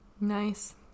Nice